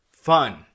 Fun